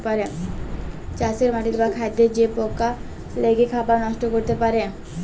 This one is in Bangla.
চাষের মাটিতে বা খাদ্যে যে পকা লেগে খাবার লষ্ট ক্যরতে পারে